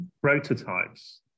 prototypes